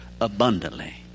abundantly